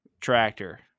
tractor